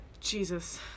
Jesus